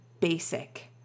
basic